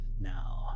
now